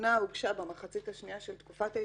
התלונה הוגשה במחצית השנייה של תקופת ההתיישנות,